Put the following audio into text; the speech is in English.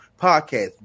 podcast